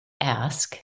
ask